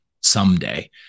someday